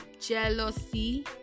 jealousy